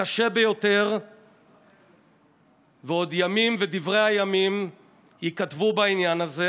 הקשה ביותר ועוד דברי הימים ייכתבו בעניין הזה.